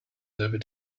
over